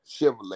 Chevrolet